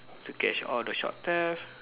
to catch all the shop theft